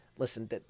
Listen